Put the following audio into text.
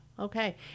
Okay